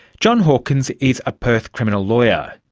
john hawkins is a perth criminal lawyer.